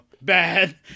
bad